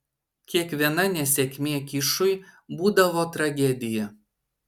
kiekviena nesėkmė kišui būdavo tragedija